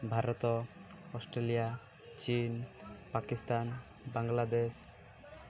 Bharat Australia ଚୀନ ପାକିସ୍ତାନ ବାଂଲାଦେଶ